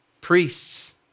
Priests